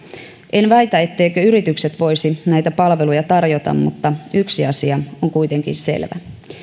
en väitä etteivätkö yritykset voisi näitä palveluja tarjota mutta yksi asia on kuitenkin selvä